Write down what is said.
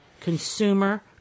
consumer